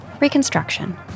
Reconstruction